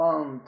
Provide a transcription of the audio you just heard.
One